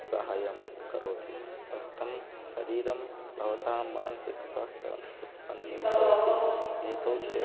साहाय्यं करोति स्वस्थं शरीरं भवतां मानसिकस्वास्थ्यं उत्पन्नं करोति यतः चेत्